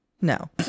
No